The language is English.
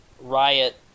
Riot